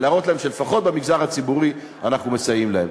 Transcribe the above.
ולהראות להם שלפחות במגזר הציבורי אנחנו מסייעים להם.